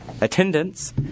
attendance